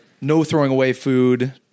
no-throwing-away-food